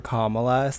Kamala